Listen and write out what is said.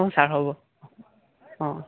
অঁ ছাৰ হ'ব অঁ